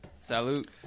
salute